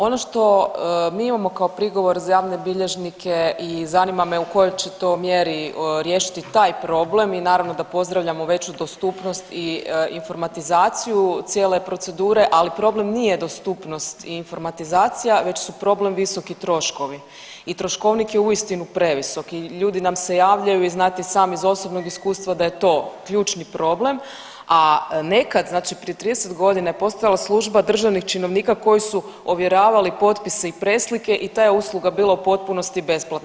Ono što mi imamo kao prigovor za javne bilježnike i zanima me u kojoj će to mjeri riješiti taj problem i naravno da pozdravljamo veću dostupnost i informatizaciju cijele procedure, ali problem nije dostupnost i informatizacija već su problem visoki troškovi i troškovnik je uistinu previsok i ljudi nam se javljaju i znate i sami iz osobnog iskustva da je to ključni problem, a nekad znači prije 30.g. je postojala služba državnih činovnika koji su ovjeravali potpise i preslike i ta je usluga bila u potpunosti besplatna.